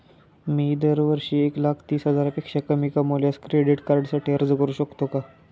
मी दरवर्षी एक लाख तीस हजारापेक्षा कमी कमावल्यास क्रेडिट कार्डसाठी अर्ज करू शकतो का?